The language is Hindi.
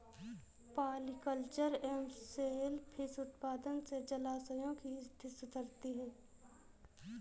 पॉलिकल्चर एवं सेल फिश उत्पादन से जलाशयों की स्थिति सुधरती है